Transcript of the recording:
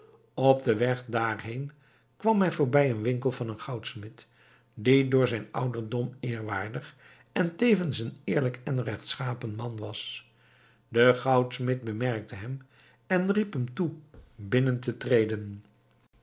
op den weg daarheen kwam hij voorbij den winkel van een goudsmid die door zijn ouderdom eerwaardig en tevens een eerlijk en rechtschapen man was de goudsmid bemerkte hem en riep hem toe binnen te treden